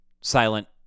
silent